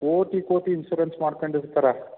ಕೋಟಿ ಕೋಟಿ ಇನ್ಸೂರೆನ್ಸ್ ಮಾಡ್ಕೊಂಡಿರ್ತಾರೆ